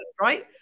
Right